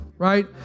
Right